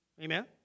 Amen